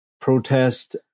protest